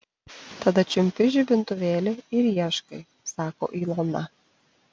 tada čiumpi žibintuvėlį ir ieškai sako ilona